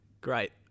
Great